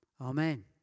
Amen